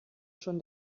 schon